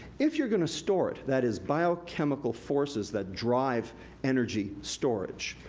if you're gonna store it, that is biochemical forces that drive energy storage,